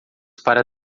para